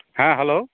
ᱦᱮᱸ ᱦᱮᱞᱳ